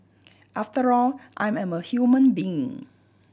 after all I'm I'm a human being